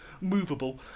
movable